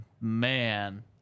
man